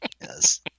Yes